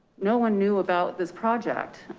no one knew about this project.